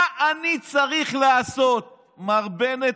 מה עוד אני צריך לעשות?" מר בנט,